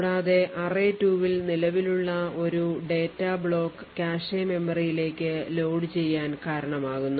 കൂടാതെ array2 ൽ നിലവിലുള്ള ഒരു ഡാറ്റ ബ്ലോക്ക് കാഷെ മെമ്മറിയിലേക്ക് ലോഡുചെയ്യാൻ കാരണമാകുന്നു